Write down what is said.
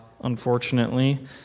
unfortunately